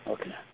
Okay